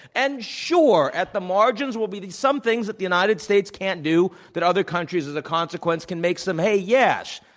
and sure, at the margins will be some things that the united states can't do that other countries, as a consequence, can make some hay, yes.